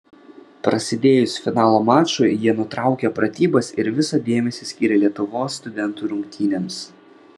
prasidėjus finalo mačui jie nutraukė pratybas ir visą dėmesį skyrė lietuvos studentų rungtynėms